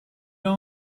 they